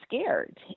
scared